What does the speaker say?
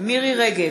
מירי רגב,